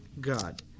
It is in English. God